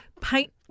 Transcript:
paint